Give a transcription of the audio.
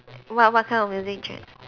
wha~ what kind of music gen~